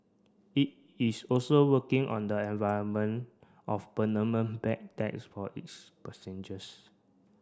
it is also working on the environment of bag tag is for its passengers